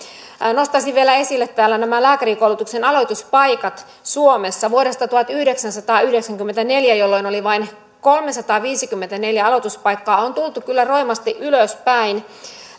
nostaisin vielä esille täällä nämä lääkärinkoulutuksen aloituspaikat suomessa vuodesta tuhatyhdeksänsataayhdeksänkymmentäneljä jolloin oli vain kolmesataaviisikymmentäneljä aloituspaikkaa on tultu kyllä roimasti ylöspäin